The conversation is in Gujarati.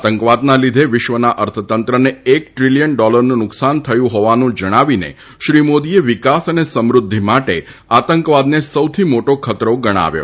આતંકવાદના લીધે વિશ્વના અર્થતંત્રને એક ટ્રીલીયન ડોલરનું નુકસાન થયું હોવાનું જણાવીને શ્રી મોદીએ વિકાસ અને સમૃધ્યિ માટે આતંકવાદને સૌથી મોટો ખતરો ગણાવ્યો